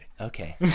okay